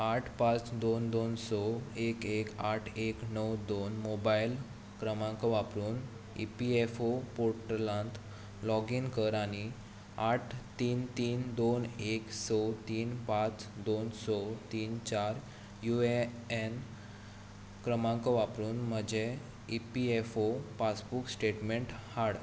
आठ पांच दोन दोन स एक एक आठ एक णव दोन मोबायल क्रमांक वापरून ई पी एफ ऑ पोर्टलांत लॉग इन कर आनी आठ तीन तीन दोन एक स तीन पांच दोन स तीन चार यु ए एन क्रमांक वापरून म्हजें E P F O passbook statement हाड